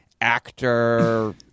actor